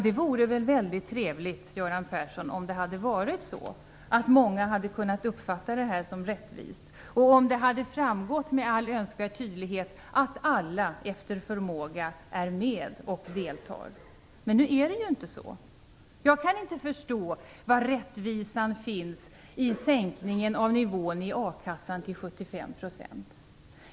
Det hade väl varit mycket trevligt om det hade varit så att många hade kunnat uppfatta det här som rättvist och om det hade framgått med all önskvärd tydlighet att alla efter förmåga är med och deltar. Men så är det inte. Jag kan inte förstå var rättvisan finns i sänkningen av nivån i a-kassan till 75 %.